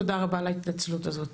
תודה רבה על ההתנצלות הזאת.